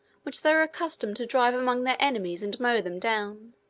which they were accustomed to drive among their enemies and mow them down.